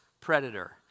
predator